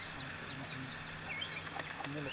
ᱥᱟᱶᱛᱮ ᱤᱧᱦᱚᱧ ᱧᱮᱞᱮᱫ